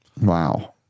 Wow